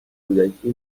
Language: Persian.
کودکی